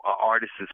artist's